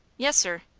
yes, sir.